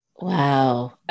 Wow